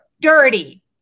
dirty